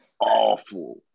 awful